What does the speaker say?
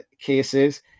Cases